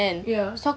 ya